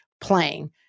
playing